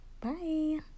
bye